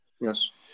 Yes